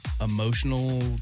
emotional